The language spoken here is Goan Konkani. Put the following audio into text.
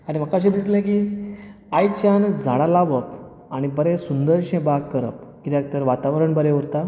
आनी म्हाका अशें दिसलें की आयसान झाडा लावप आनी बरें सुंदरशें बाग करप किद्याक तर वातावरण हरे उरता